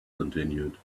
continued